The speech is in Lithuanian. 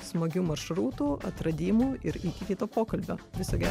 smagių maršrutų atradimų ir iki kito pokalbio viso ge